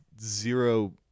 zero